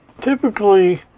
typically